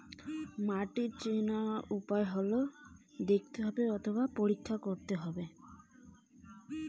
মাটি চেনার উপায় কি?